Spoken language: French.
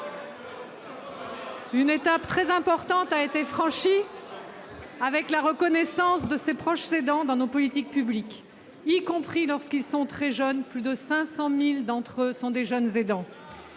Une étape très importante a été franchie avec la reconnaissance des proches aidants dans nos politiques publiques, y compris lorsqu'ils sont très jeunes- plus de 500 000 d'entre eux le sont -, dans